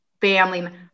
family